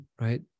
right